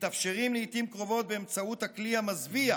מתאפשרים לעיתים קרובות באמצעות הכלי המזוויע